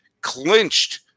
clinched